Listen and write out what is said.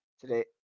today